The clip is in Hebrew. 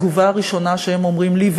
התגובה הראשונה שהם אומרים לי,